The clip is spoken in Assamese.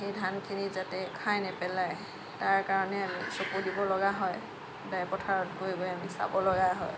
সেই ধানখিনি যাতে খায় নেপেলায় তাৰ কাৰণে আমি চকু দিব লগা হয় সদায় পথাৰত গৈ গৈ আমি চাব লগা হয়